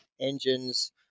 engines